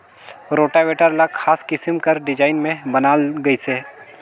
rotavator ल खास किसम कर डिजईन में बनाल गइसे